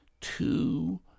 two